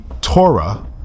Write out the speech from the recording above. Torah